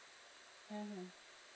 mmhmm